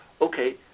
okay